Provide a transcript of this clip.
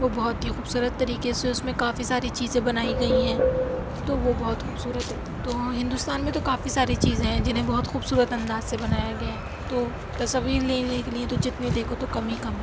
وہ بہت ہی خوبصورت طریقے سے اس میں کافی ساری چیزیں بنائی گئیں ہیں تو وہ بہت خوبصورت ہے تو ہندوستان میں تو کافی ساری چیزیں ہیں جنہیں بہت خوبصورت انداز سے بنایا گیا ہے تو تصاویر لینے کے لیے تو جتنی دیکھو تو کم ہی کم ہے